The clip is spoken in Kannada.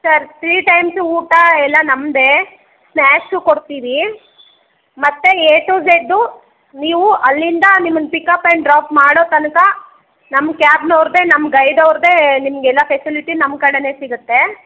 ಸರ್ ತ್ರೀ ಟೈಮ್ಸ್ ಊಟ ಎಲ್ಲ ನಮ್ಮದೇ ಸ್ನ್ಯಾಕ್ಸು ಕೊಡ್ತೀವಿ ಮತ್ತು ಎ ಟು ಝಡ್ಡು ನೀವು ಅಲ್ಲಿಂದ ನಿಮ್ಮನ್ನ ಪಿಕಪ್ ಆ್ಯಂಡ್ ಡ್ರಾಪ್ ಮಾಡೋ ತನಕ ನಮ್ಮ ಕ್ಯಾಬ್ನವ್ರದ್ದೇ ನಮ್ಮ ಗೈಡ್ ಅವ್ರದ್ದೇ ನಿಮಗೆಲ್ಲ ಪೆಸಿಲಿಟಿ ನಮ್ಮ ಕಡೆಯೇ ಸಿಗುತ್ತೆ